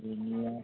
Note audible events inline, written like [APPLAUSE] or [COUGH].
any [UNINTELLIGIBLE]